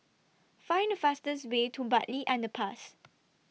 Find The fastest Way to Bartley Underpass